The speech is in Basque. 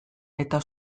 eta